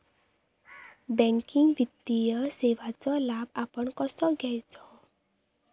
Banking वित्तीय सेवाचो लाभ आपण कसो घेयाचो?